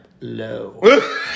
low